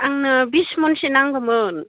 आंनो बिस मनसो नांगौमोन